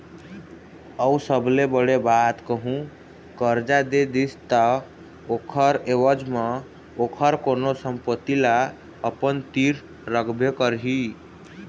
अऊ सबले बड़े बात कहूँ करजा दे दिस ता ओखर ऐवज म ओखर कोनो संपत्ति ल अपन तीर रखबे करही